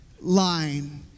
line